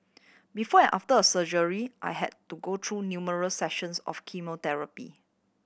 before and after a surgery I had to go through numerous sessions of chemotherapy